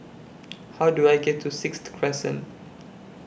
How Do I get to Sixth Crescent